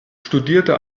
studierte